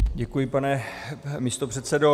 Děkuji, pane místopředsedo.